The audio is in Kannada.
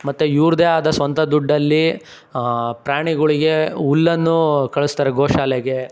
ಮತ್ತೆ ಇವ್ರದ್ದೇ ಆದ ಸ್ವಂತ ದುಡ್ಡಲ್ಲಿ ಪ್ರಾಣಿಗಳಿಗೆ ಹುಲ್ಲನ್ನು ಕಳಿಸ್ತಾರೆ ಗೋಶಾಲೆಗೆ